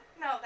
no